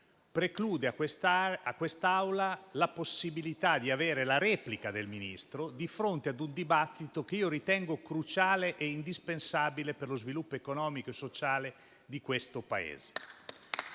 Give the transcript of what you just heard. preclude a quest'Assemblea la possibilità di avere la sua replica in un dibattito che ritengo cruciale e indispensabile per lo sviluppo economico e sociale di questo Paese.